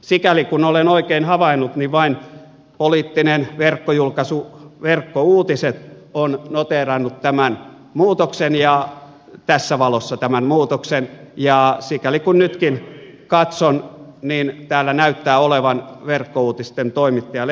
sikäli kuin olen oikein havainnut niin vain poliittinen verkkojulkaisu verkkouutiset on noteerannut tässä valossa tämän muutoksen ja sikäli kuin nytkin katson niin täällä näyttää olevan verkkouutisten toimittaja lehterillä